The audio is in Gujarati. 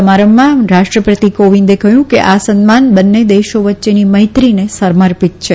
સમારંભમાં રાષ્ટ્રપતિ કોવિંદે કહ્યું કે આ સન્માન બંને દેશો વચ્ચેની મૈત્રીને સમર્પિત છે